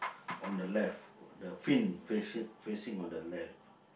on the left the fin faci~ facing on the left